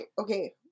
okay